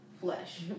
flesh